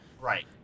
Right